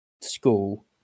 school